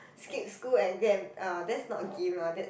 skip school and go and um that's not game lah that's